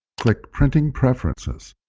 click printing preferences.